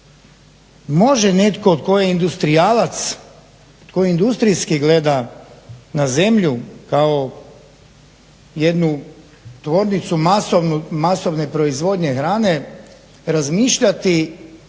može netko tko je industrijalac, tko industrijski gleda na zemlju kao jednu tvornicu masovne proizvodnje hrane razmišljati